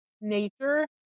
nature